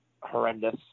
horrendous